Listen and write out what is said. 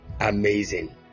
Amazing